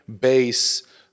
base